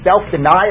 Self-denial